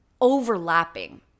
overlapping